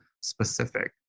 specific